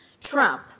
Trump